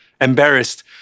Embarrassed